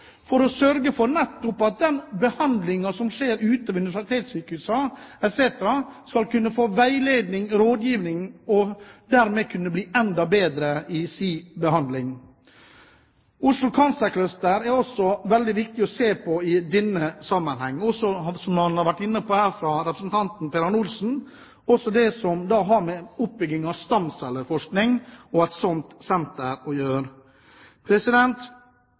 for å sørge for at de som er ute ved universitetssykehusene etc., skal kunne få veiledning og rådgivning, og dermed kunne bli enda bedre i sin behandling. Oslo Cancer Cluster er også veldig viktig å se på i denne sammenheng, som representanten Per Arne Olsen har vært inne på, også det som har med oppbygging av et slikt senter for stamcelleforskning å gjøre.